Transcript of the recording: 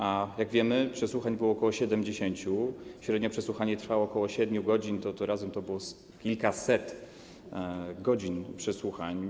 A, jak wiemy, przesłuchań było koło 70, średnio przesłuchanie trwało koło 7 godzin, więc razem to było kilkaset godzin przesłuchań.